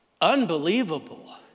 unbelievable